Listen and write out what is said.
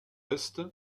est